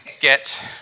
get